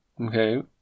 Okay